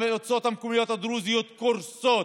המועצות המקומיות הדרוזיות קורסות,